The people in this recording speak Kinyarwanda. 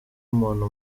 umuntu